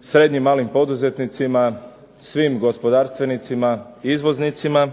srednjim i malim poduzetnicima, svim gospodarstvenicima izvoznicima,